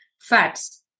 fats